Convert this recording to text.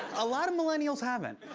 a lot of millennials haven't.